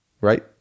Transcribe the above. right